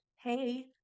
Hey